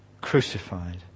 crucified